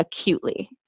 acutely